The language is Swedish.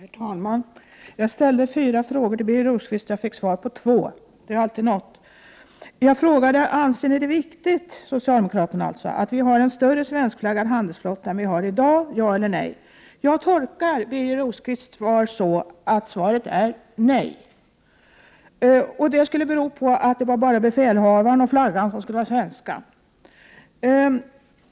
Herr talman! Jag ställde fyra frågor till Birger Rosqvist. Jag fick svar på två. Det är alltid något. Jag frågade om socialdemokraterna anser det viktigt att ha en större svenskflaggad handelsflotta än vi har i dag — ja eller nej. Jag tolkar Birger Rosqvists svar så att svaret är nej. Det skulle bero på att bara befälhavaren och flaggan skulle vara svenska.